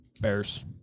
Bears